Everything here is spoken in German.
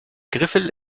griffel